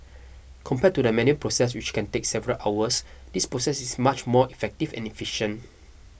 compared to the manual process which can take several hours this processes is much more effective and efficient